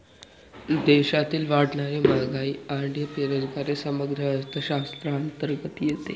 देशातील वाढणारी महागाई आणि बेरोजगारी समग्र अर्थशास्त्राअंतर्गत येते